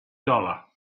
dollar